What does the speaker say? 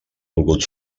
volgut